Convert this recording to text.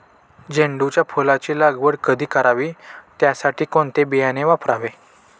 झेंडूच्या फुलांची लागवड कधी करावी? त्यासाठी कोणते बियाणे वापरावे?